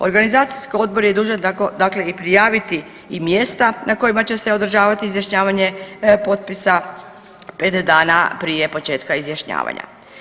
Organizacijski odbor je dužan dakle i prijaviti i mjesta na kojima će se održavati izjašnjavanje potpisa 5 dana prije početka izjašnjavanja.